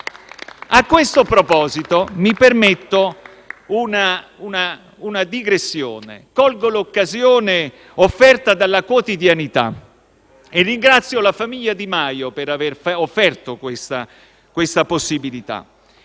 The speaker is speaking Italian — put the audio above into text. A questo proposito, mi permetto una digressione. Colgo l'occasione offerta dalla quotidianità e ringrazio la famiglia Di Maio per aver offerto questa possibilità.